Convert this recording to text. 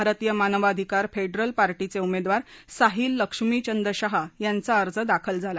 भारतीय मानवधिकार फेडरेल पार्टीचे उमेदवार साहिल लक्ष्मीचंद शहा यांचा अर्ज दाखल झाला